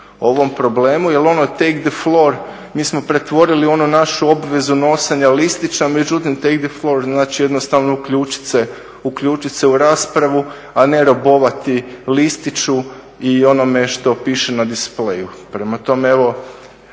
ovom problemu jer ono take the floor, mi smo pretvorili onu našu obvezu … listića, međutim take the floor znači jednostavno uključiti se u raspravu, a ne robovati listiću i onome što piše na displeju. Prema tome, evo,